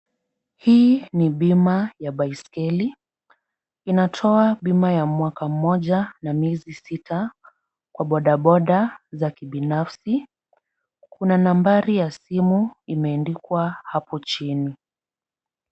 Hii ni bima ya baiskeli, inatoa bima ya mwaka mmoja na miezi sita kwa boda boda za kibinafsi. Kuna nambari ya simu imeandikwa hapo chini.